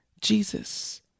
Jesus